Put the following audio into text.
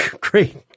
Great